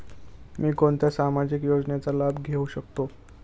मी कोणत्या सामाजिक योजनेचा लाभ घेऊ शकते?